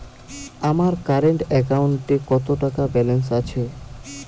আমার কারেন্ট অ্যাকাউন্টে কত টাকা ব্যালেন্স আছে?